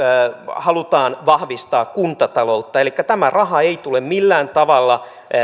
halutaan vahvistaa kuntataloutta elikkä tämä raha ei tule millään tavalla